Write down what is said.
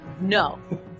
No